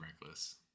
Reckless